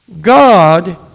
God